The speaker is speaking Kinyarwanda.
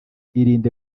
irinde